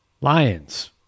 Lions